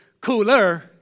cooler